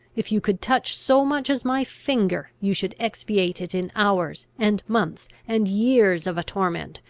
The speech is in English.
if you could touch so much as my finger, you should expiate it in hours and months and years of a torment,